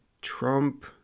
Trump